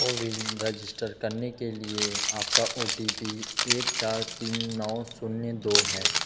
CoWIN register करने के लिए आपका ओ टी पी एक चार तीन नौ शून्य दो है